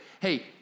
hey